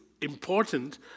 important